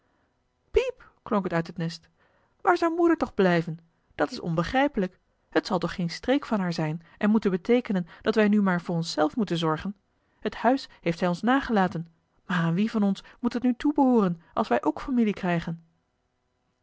piep klonk het uit het nest waar zou moeder toch blijven dat is onbegrijpelijk het zal toch geen streek van haar zijn en moeten beteekenen dat wij nu maar voor ons zelf moeten zorgen het huis heeft zij ons nagelaten maar aan wie van ons moet het nu toebehooren als wij ook familie krijgen